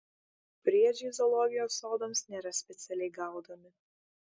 briedžiai zoologijos sodams nėra specialiai gaudomi